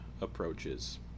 approaches